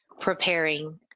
preparing